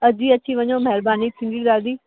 अॼु ई अची वञो महिरबानी थींदी ॾाढी